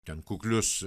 ten kuklius